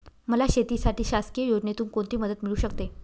मला शेतीसाठी शासकीय योजनेतून कोणतीमदत मिळू शकते?